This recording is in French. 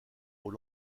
aux